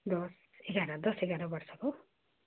दस एघार दस एघार वर्षको